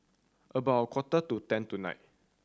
about a quarter to ten tonight